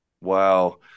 Wow